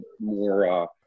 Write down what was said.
more